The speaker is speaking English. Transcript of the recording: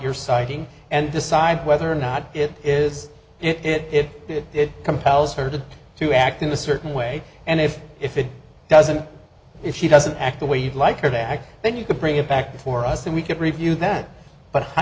you're citing and decide whether or not it is it did it compels her to to act in a certain way and if if it doesn't if she doesn't act the way you'd like her to act then you could bring it back before us and we could review that but i